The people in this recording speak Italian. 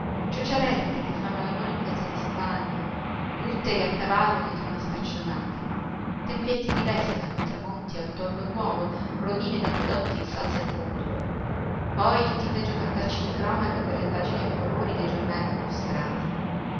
chiostro ciociarette che fanno all'amore in piazza di spagna butteri a cavallo dietro una staccionata tempietti di vesta con tramonti al torlo d'uovo rovine d'acquedotti in salsa di pomodoro poi tutti i peggio fattacci di cronaca per le pagine a colori dei giornali illustrati